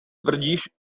tvrdíš